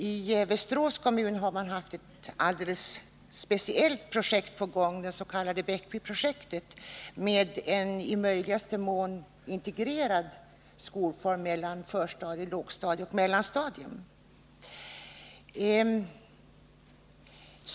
I Västerås kommun har man haft ett alldeles speciellt projekt på gång, det s.k. Bäckbyprojektet, med en i möjligaste mån integrerad skolform mellan förstadium, lågstadium och mellanstadium.